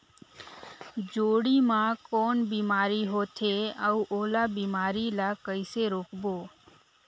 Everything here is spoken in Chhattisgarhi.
जोणी मा कौन बीमारी होथे अउ ओला बीमारी ला कइसे रोकबो?